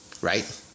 Right